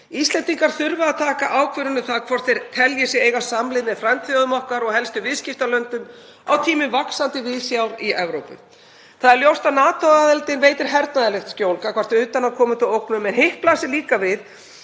Íslendingar þurfa að taka ákvörðun um það hvort þeir telji sig eiga samleið með frændþjóðum okkar og helstu viðskiptalöndum á tímum vaxandi viðsjár í Evrópu. Það er ljóst að NATO-aðildin veitir hernaðarlegt skjól gagnvart utanaðkomandi ógnum en hitt blasir líka við,